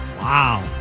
Wow